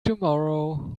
tomorrow